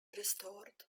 restored